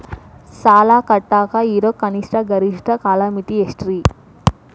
ಸಾಲ ಕಟ್ಟಾಕ ಇರೋ ಕನಿಷ್ಟ, ಗರಿಷ್ಠ ಕಾಲಮಿತಿ ಎಷ್ಟ್ರಿ?